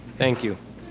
thank you.